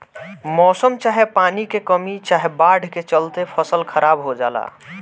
मौसम चाहे पानी के कमी चाहे बाढ़ के चलते फसल खराब हो जला